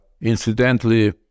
incidentally